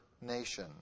nation